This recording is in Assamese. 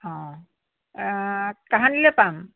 অঁ কাহানিলৈ পাম